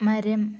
മരം